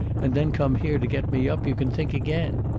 and then come here to get me up, you can think again.